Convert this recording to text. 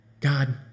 God